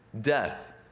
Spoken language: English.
Death